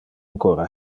ancora